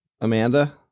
Amanda